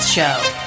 Show